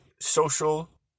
social